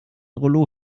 rollo